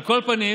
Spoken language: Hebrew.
על כל פנים,